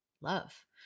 love